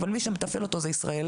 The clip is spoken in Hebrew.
אבל מי שמתפעל אותו זה ישראלי,